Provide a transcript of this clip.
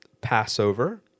Passover